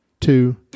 two